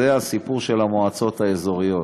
זה הסיפור של המועצות האזוריות.